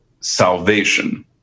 salvation